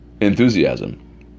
enthusiasm